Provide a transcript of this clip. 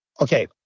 okay